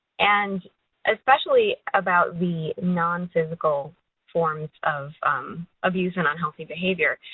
and especially about the nonphysical forms of abuse and unhealthy behavior.